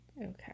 okay